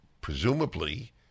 presumably